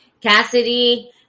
Cassidy